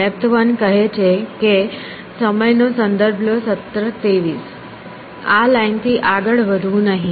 depth one કહે છે કે આ લાઈનથી આગળ વધવું નહીં